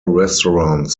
restaurants